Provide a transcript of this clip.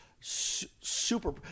super